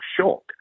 shock